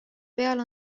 peal